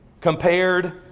compared